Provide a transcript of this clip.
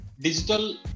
digital